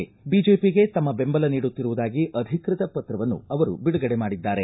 ಸಂಜೆ ವೇಳೆಗೆ ಬಿಜೆಪಿಗೆ ತಮ್ಮ ಬೆಂಬಲ ನೀಡುತ್ತಿರುವುದಾಗಿ ಅಧಿಕೃತ ಪತ್ರವನ್ನು ಅವರು ಬಿಡುಗಡೆ ಮಾಡಿದ್ದಾರೆ